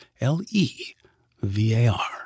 L-E-V-A-R